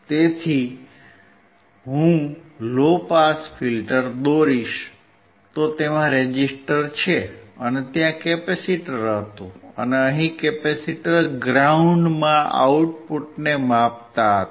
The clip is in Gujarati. તેથી જો હું લો પાસ ફિલ્ટર દોરીશ તો તેમાં રેઝિસ્ટર છે અને ત્યાં કેપેસિટર હતું અને અહિ કેપેસિટર ગ્રાઉન્ડમાં આઉટપુટને માપતા હતા